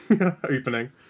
opening